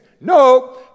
no